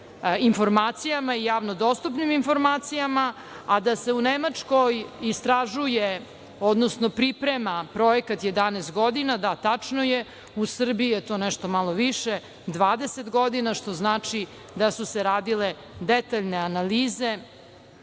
informacijama, javno dostupnim informacijama. A da se u Nemačkoj istražuje, odnosno priprema projekat 11 godine, da, tačno je, u Srbiji je to nešto malo više, 20 godina, što znači da su se radile detaljne analize